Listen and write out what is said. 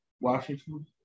Washington